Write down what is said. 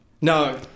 No